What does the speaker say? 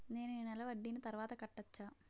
నేను ఈ నెల వడ్డీని తర్వాత కట్టచా?